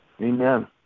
Amen